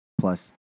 plus